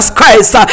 Christ